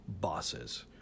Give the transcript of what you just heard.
bosses